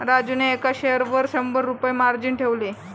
राजूने एका शेअरवर शंभर रुपये मार्जिन ठेवले